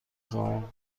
خواهم